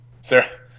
Sir